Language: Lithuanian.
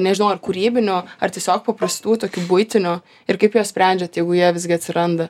nežinau ar kūrybinių ar tiesiog paprastų tokių buitinių ir kaip juos sprendžiat jeigu jie visgi atsiranda